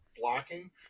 blocking